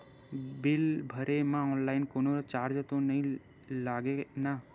Bill भरे मा online कोनो चार्ज तो नई लागे ना?